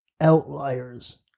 outliers